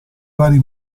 vari